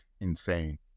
insane